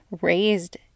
raised